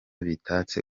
bitatse